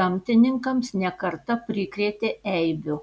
gamtininkams ne kartą prikrėtė eibių